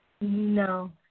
No